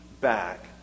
back